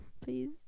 Please